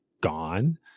gone